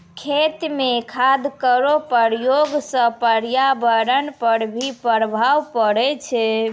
खेत म खाद केरो प्रयोग सँ पर्यावरण पर भी प्रभाव पड़ै छै